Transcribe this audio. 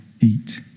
eat